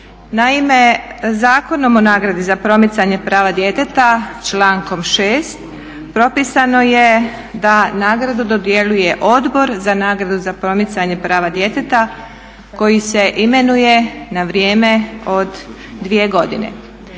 Naime, Zakonom o nagradi za promicanje prava djeteta člankom 6.propisano je da nagradu dodjeljuje Odbor za nagradu za promicanje prava djeteta koji se imenuje na vrijeme od dvije godine.